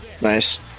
Nice